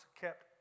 kept